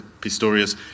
Pistorius